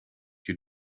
you